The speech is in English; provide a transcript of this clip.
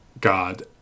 God